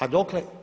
A dokle?